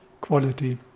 quality